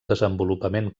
desenvolupament